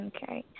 Okay